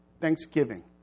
thanksgiving